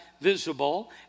visible